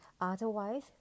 Otherwise